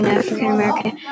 african-american